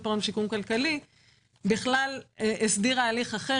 פירעון ושיקום כלכלי הסדירה הליך אחר.